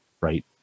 right